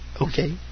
Okay